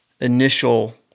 initial